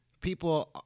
people